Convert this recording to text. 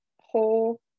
whole